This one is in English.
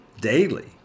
daily